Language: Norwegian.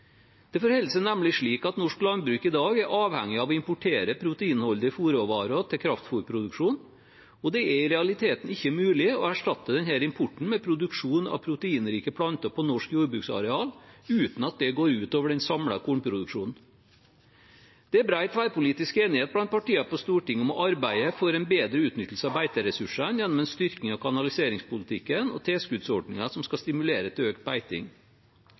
Det forholder seg nemlig slik at norsk landbruk i dag er avhengig av å importere proteinholdige fôrråvarer til kraftfôrproduksjon, og det er i realiteten ikke mulig å erstatte denne importen med produksjon av proteinrike planter på norsk jordbruksareal uten at det går ut over den samlede kornproduksjonen. Det er bred tverrpolitisk enighet blant partiene på Stortinget om å arbeide for en bedre utnyttelse av beiteressursene gjennom en styrking av kanaliseringspolitikken og tilskuddsordninger som skal stimulere til økt beiting.